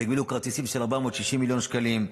שיקבלו כרטיסים של 460 שקלים.